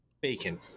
bacon